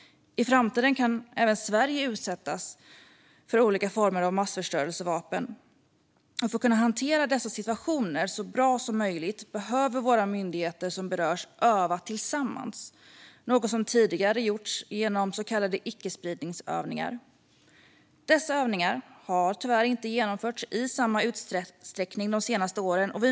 I framtiden kan även Sverige utsättas för olika former av massförstörelsevapen. För att kunna hantera dessa situationer så bra som möjligt behöver de av våra myndigheter som berörs öva tillsammans, något som tidigare gjorts genom så kallade icke-spridningsövningar. Dessa övningar har tyvärr inte genomförts i samma utsträckning de senaste åren.